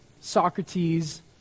Socrates